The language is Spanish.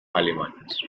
alemanas